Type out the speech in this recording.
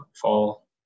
fall